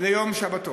ליום שבתון?